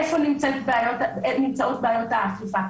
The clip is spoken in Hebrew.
איפה נמצאות בעיות האכיפה.